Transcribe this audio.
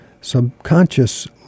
Subconscious